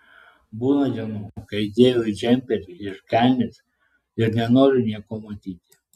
būna dienų kai dėviu džemperį ir kelnes ir nenoriu nieko matyti